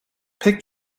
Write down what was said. pek